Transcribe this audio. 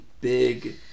big